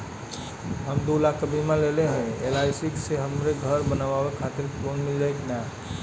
हम दूलाख क बीमा लेले हई एल.आई.सी से हमके घर बनवावे खातिर लोन मिल जाई कि ना?